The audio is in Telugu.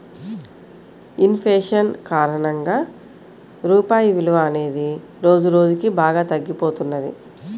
ఇన్ ఫేషన్ కారణంగా రూపాయి విలువ అనేది రోజురోజుకీ బాగా తగ్గిపోతున్నది